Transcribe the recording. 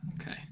okay